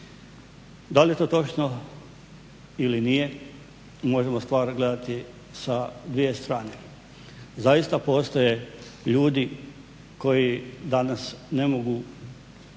Da li je to točno ili nije, možemo stvar gledati sa dvije strane. Zaista postoje ljudi koji danas ne mogu